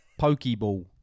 Pokeball